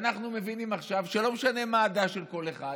ואנחנו מבינים עכשיו שלא משנה מה הדעה של כל אחד,